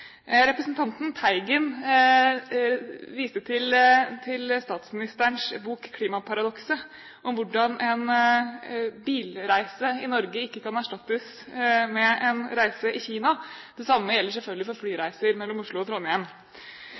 Representanten Teigen viste til statsministerens bok «Klimaparadokset» – en bilreise i Norge kan ikke erstattes med en reise i Kina. Det samme gjelder selvfølgelig for flyreiser mellom Oslo og Trondheim.